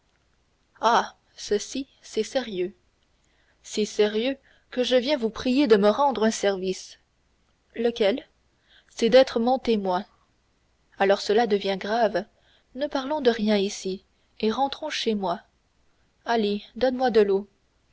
ah ceci c'est sérieux si sérieux que je viens vous prier de me rendre un service lequel celui d'être mon témoin alors cela devient grave ne parlons de rien ici et rentrons chez moi ali donne-moi de l'eau